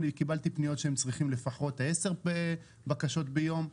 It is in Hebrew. אני קיבלתי פניות שהם צריכים לפחות 10 בקשות ביום.